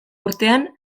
urtean